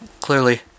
clearly